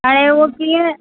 हाणे उहो कीअं